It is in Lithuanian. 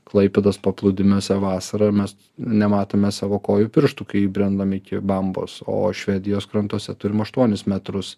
klaipėdos paplūdimiuose vasarą mes nematome savo kojų pirštų kai įbrendame iki bambos o švedijos krantuose turim aštuonis metrus